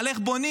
על איך בונים,